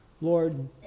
Lord